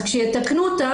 אז כשיתקנו אותה,